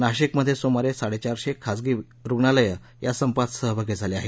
नाशिकमध्ये सुमारे साडेचारशे खाजगी रुग्णालयं या संपात सहभागी झाली आहेत